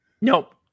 Nope